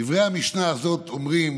דברי המשנה הזאת אומרים